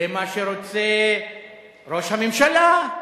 זה מה שרוצה ראש הממשלה,